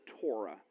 Torah